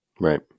Right